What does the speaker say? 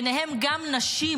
ובהם גם נשים,